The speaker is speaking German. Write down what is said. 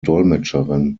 dolmetscherin